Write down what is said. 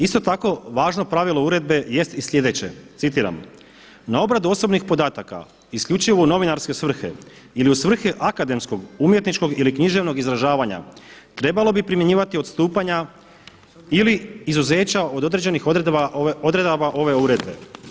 Isto tako važno pravilo uredbe jest i sljedeće, citiram: „Na obradu osobnih podataka isključivo u novinarske svrhe ili u svrhe akademskog, umjetničkog ili književnog izražavanja trebalo bi primjenjivati odstupanja ili izuzeća od određenih odredaba ove uredbe.